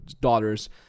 daughters